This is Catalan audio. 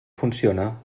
funciona